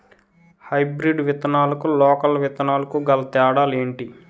Hybrid విత్తనాలకు local విత్తనాలకు గల తేడాలు ఏంటి?